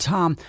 Tom